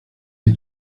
des